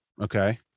okay